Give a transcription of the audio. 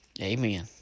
Amen